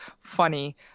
funny